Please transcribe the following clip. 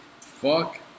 Fuck